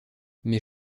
mais